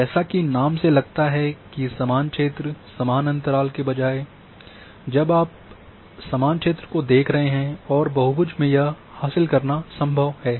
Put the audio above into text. जैसा कि नाम से लगता है कि समान क्षेत्र समान अंतराल के बजाय अब आप समान क्षेत्र को देख रहे हैं और बहुभुज में यह हासिल करना संभव है